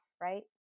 right